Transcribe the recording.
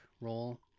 role